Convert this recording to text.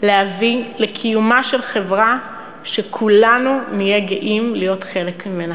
להביא לקיומה של חברה שכולנו נהיה גאים להיות חלק ממנה.